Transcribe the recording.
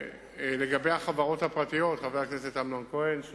לגבי החברות הפרטיות, חבר הכנסת אמנון כהן,